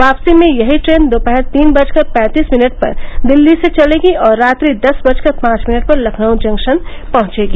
वापसी में यही ट्रेन दोपहर तीन बजकर पैंतीस मिनट पर दिल्ली से चलेगी और रात्रि दस बजकर पांच मिनट पर लखनऊ जंक्शन पहुंचेगी